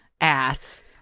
ass